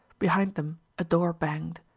behind them a door banged.